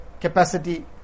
capacity